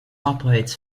operates